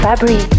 Fabri